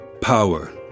Power